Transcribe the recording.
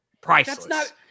priceless